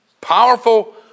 Powerful